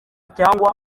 cyangwa